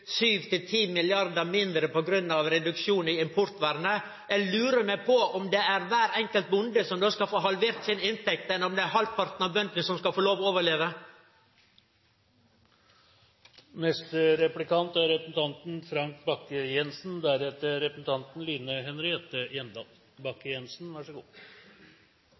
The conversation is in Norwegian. mindre på grunn av reduksjon i importvernet. Eg lurar på om det er kvar enkelt bonde som da skal få halvert inntekta si, eller om det er halvparten av bøndene som skal få lov til å overleve.